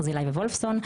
ברזילי וולפסון,